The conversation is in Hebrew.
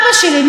זה הכול.